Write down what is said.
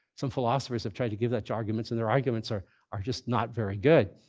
some philosophers have tried to give such arguments, and their arguments are are just not very good.